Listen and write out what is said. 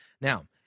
Now